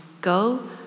Go